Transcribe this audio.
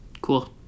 Cool